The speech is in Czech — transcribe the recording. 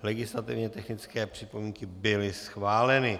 Legislativně technické připomínky byly schváleny.